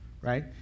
right